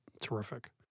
terrific